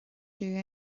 dom